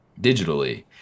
digitally